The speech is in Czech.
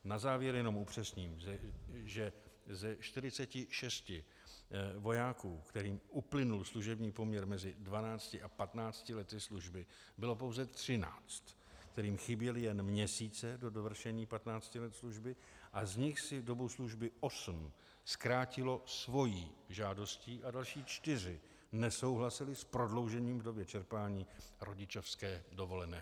Na závěr jenom upřesnění, že ze 46 vojáků, kterým uplynul služební poměr mezi 12 a 15 lety služby, bylo pouze 13, kterým chyběly jen měsíce do dovršení patnácti let služby, a z nich si dobu služby 8 zkrátilo svou žádostí a další 4 nesouhlasili s prodloužením doby čerpání rodičovské dovolené.